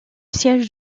siège